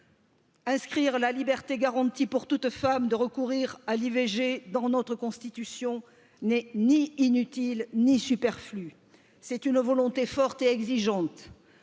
Inscrire la liberté garantie pour toute femme de recourir à l'ivg dans notre constitution n'est ni inutile ni superflue c'est une volonté forte et exigeante